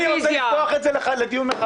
בגלל זה אני רוצה לפתוח את זה לדיון מחדש.